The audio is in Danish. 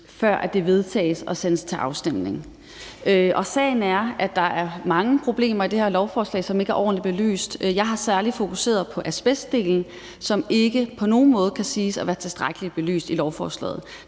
før det vedtages og sendes til afstemning. Sagen er, at der er mange problemer i det her lovforslag, som ikke er ordentligt belyst. Jeg har særlig fokuseret på asbestdelen, som ikke på nogen måde kan siges at være tilstrækkeligt belyst i lovforslaget.